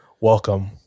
welcome